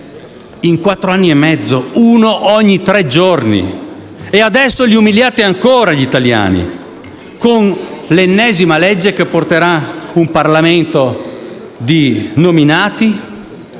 in quattro anni e mezzo: uno ogni tre giorni. E adesso umiliate ancora gli italiani con l'ennesima legge che porterà un Parlamento di nominati,